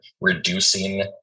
reducing